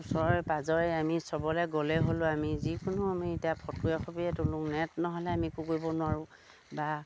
ওচৰে পাঁজৰে আমি চবলে গ'লে হ'লেও আমি যিকোনো আমি এতিয়া ফটো একপিয়ে তলোঁ নেট নহ'লে আমি একো কৰিব নোৱাৰোঁ বা